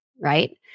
right